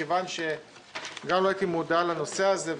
מכיוון שגם לא הייתי מודע לנושא הזה,